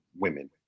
women